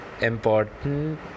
important